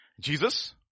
Jesus